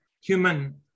human